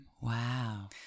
Wow